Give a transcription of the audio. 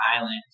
Island